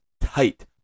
tight